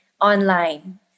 online